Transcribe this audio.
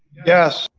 yes.